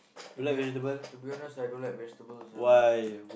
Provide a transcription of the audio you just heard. to be to be honest I don't like vegetable also bro